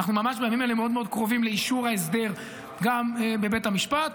ממש בימים אלה אנחנו מאוד מאוד קרובים לאישור ההסדר גם בבית המשפט,